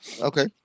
Okay